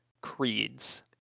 Creed's